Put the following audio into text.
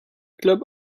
club